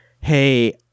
hey